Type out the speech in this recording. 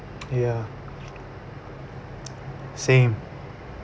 ya same